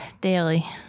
daily